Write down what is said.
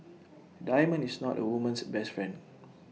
A diamond is not A woman's best friend